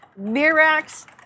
Mirax